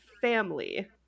family